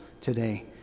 today